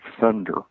thunder